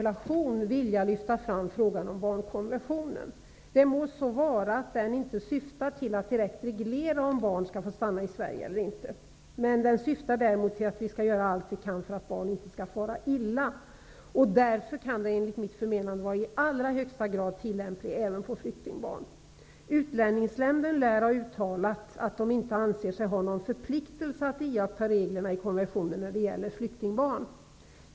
Det har jag också gjort i min interpellation. Det må så vara att den inte syftar till att direkt reglera om barn skall få stanna i Sverige eller inte. Den syftar däremot till att vi skall göra allt vi kan för att barn inte skall fara illa. Därför kan den enligt mitt förmenande vara i allra högsta grad tillämplig även på flyktingbarn. Utlänningsnämnden lär ha uttalat att de inte anser sig ha någon förpliktelse att iaktta reglerna i konventionen när det gäller flyktingbarn.